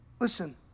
Listen